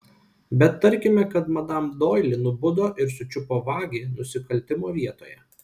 bet tarkime kad madam doili nubudo ir sučiupo vagį nusikaltimo vietoje